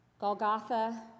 Golgotha